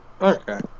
Okay